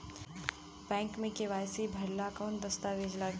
Bank मे KYC भरेला कवन दस्ता वेज लागी?